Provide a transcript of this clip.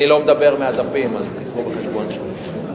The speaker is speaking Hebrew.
אני לא מדבר מהדפים, אז תביאו בחשבון את זה.